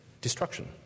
destruction